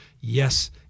Yes